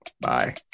Bye